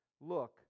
look